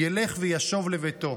ילך וישֹב לביתו".